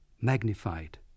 magnified